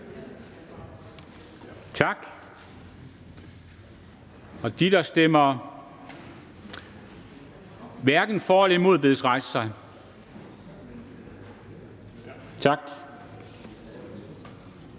Tak. De, der stemmer hverken for eller imod, bedes rejse sig. Tak.